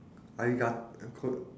arigato